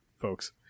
folks